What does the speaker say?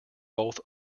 both